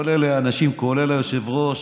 שכל אלה, האנשים, כולל היושב-ראש,